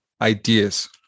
Ideas